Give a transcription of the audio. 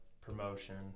promotion